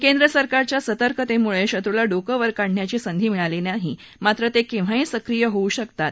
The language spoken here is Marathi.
केंद्र सरकारच्या सतर्कतेमुळे शत्रूला डोकं वर काढण्याची संधी मिळालेली नाही मात्र ते केव्हाही सक्रीय होऊ शकतात